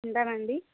ఉంటానండి